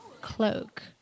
cloak